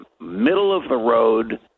middle-of-the-road